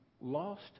lost